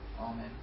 Amen